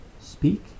speak